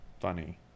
funny